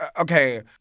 okay